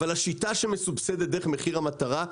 אבל השיטה שמסובסדת דרך מחיר המטרה,